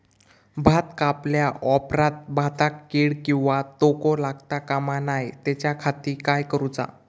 भात कापल्या ऑप्रात भाताक कीड किंवा तोको लगता काम नाय त्याच्या खाती काय करुचा?